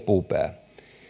puupää